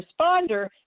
responder